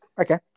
okay